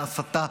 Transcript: הסתה,